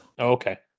Okay